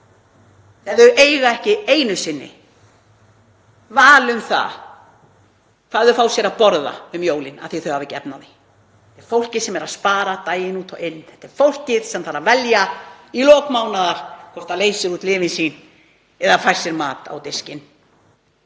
ef þau eiga ekki einu sinni val um það hvað þau fá sér að borða um jólin af því að þau hafa ekki efni á því, fólkið sem er að spara daginn út og inn? Þetta er fólkið sem þarf að velja í lok mánaðar hvort það leysir út lyfin sín eða fær sér mat á diskinn.